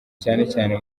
cyane